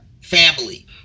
family